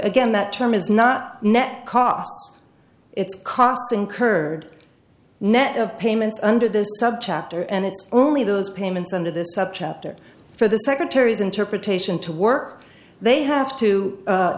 again that term is not net cost its costs incurred net of payments under this subchapter and it's only those payments under this subchapter for the secretary's interpretation to work they have to